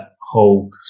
whole